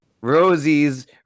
Rosie's